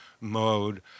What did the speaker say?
mode